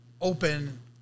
open